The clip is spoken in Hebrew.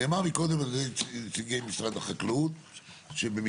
נאמר קודם על ידי נציגי משרד החקלאות שבמקרים